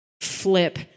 Flip